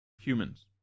humans